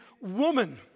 woman